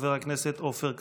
חבר הכנסת עופר כסיף.